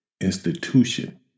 institution